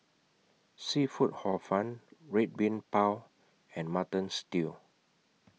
Seafood Hor Fun Red Bean Bao and Mutton Stew